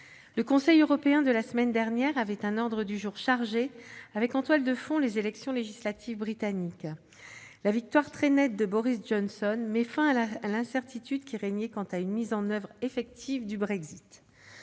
le Conseil européen de la semaine dernière avait un ordre du jour chargé, avec en toile de fond les élections législatives britanniques. La victoire très nette de Boris Johnson met fin à l'incertitude qui régnait quant à une mise en oeuvre effective du Brexit.